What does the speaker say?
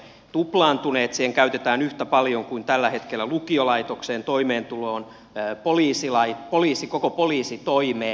siihen käytetään yhtä paljon kuin tällä hetkellä lukiolaitokseen toimeentuloon koko poliisitoimeen